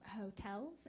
hotels